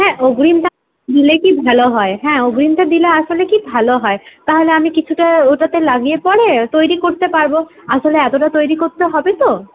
হ্যাঁ অগ্রিম দিলে কি ভালো হয় হ্যাঁ অগ্রিমটা দিলে আসলে কি ভালো হয় তাহলে আমি কিছুটা ওটাতে লাগিয়ে পড়ে তৈরি করতে পারবো আসলে এতটা তৈরি করতে হবে তো